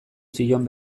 zion